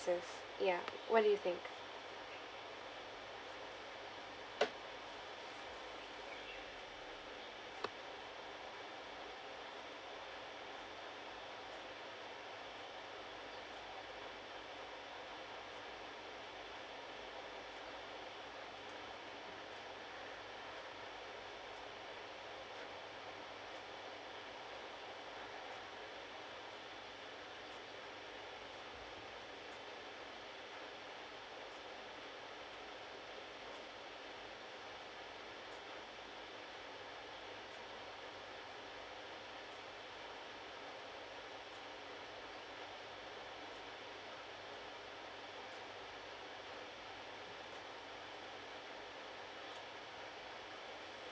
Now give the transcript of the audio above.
ya what do you think